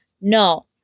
No